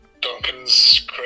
Duncan's